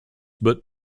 but